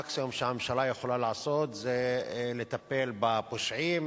המקסימום שהממשלה יכולה לעשות זה לטפל בפושעים,